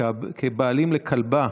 כבעלים לכלבה,